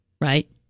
right